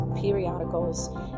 periodicals